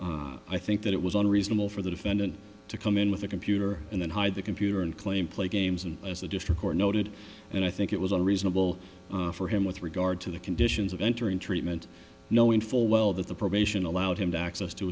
reasonable i think that it was unreasonable for the defendant to come in with a computer and then hide the computer and claim play games and as the district court noted and i think it was unreasonable for him with regard to the conditions of entering treatment knowing full well that the probation allowed him to access to